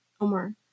omar